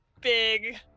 big